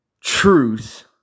truth